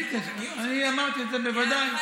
אני אמרתי את זה, בוודאי.